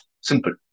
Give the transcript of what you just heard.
Simple